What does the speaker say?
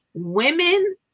Women